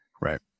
right